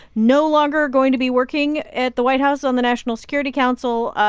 no longer going to be working at the white house on the national security council,